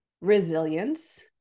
resilience